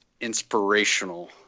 inspirational